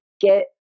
get